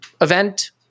event